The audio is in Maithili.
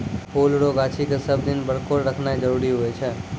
फुल रो गाछी के सब दिन बरकोर रखनाय जरूरी हुवै छै